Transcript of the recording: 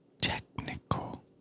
technical